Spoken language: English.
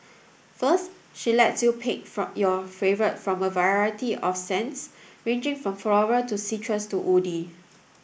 first she lets you pick for your favourite from a variety of scents ranging from floral to citrus to woody